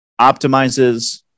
optimizes